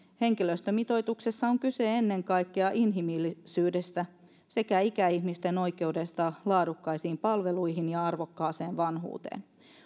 henkilöstömitoituksessa on kyse ennen kaikkea inhimillisyydestä sekä ikäihmisten oikeudesta laadukkaisiin palveluihin ja arvokkaaseen vanhuuteen